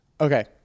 Okay